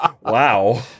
Wow